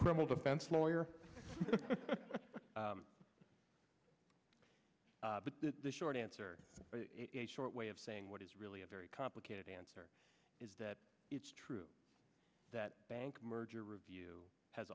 criminal defense lawyer but the short answer it is a short way of saying what is really a very complicated answer is that it's true that bank merger review has